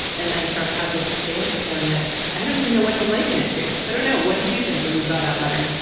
and then trump had this exchange with him that i don't even know what to liken it to. i don't know what did you think when you saw that letter.